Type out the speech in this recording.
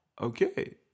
Okay